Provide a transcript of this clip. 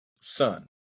son